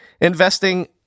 investing